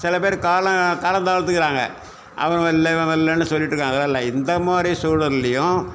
சில பேர் காலம் காலம் தாழ்த்துக்கிறாங்க அவங்க இல்லை இவங்க இல்லைன்னு சொல்லிட்டு இருக்காங்க அதெலாம் இல்லை இந்த மாதிரி சூழல்லேயும்